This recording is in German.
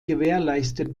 gewährleistet